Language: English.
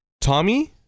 Tommy